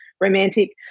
romantic